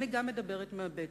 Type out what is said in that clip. גם אני מדברת מהבטן,